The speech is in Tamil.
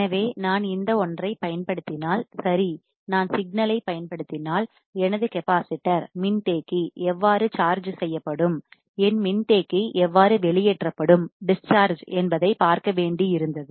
எனவே நான் இந்த ஒன்றைப் பயன்படுத்தினால் சரி நான் சிக்னலை பயன்படுத்தினால் எனது கெபாசிட்டர் மின்தேக்கி எவ்வாறு சார்ஜ் செய்யப்படும் என் மின்தேக்கி எவ்வாறு வெளியேற்றப்படும் டிஸ்சார்ஜ் என்பதை பார்க்க வேண்டி இருந்தது